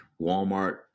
Walmart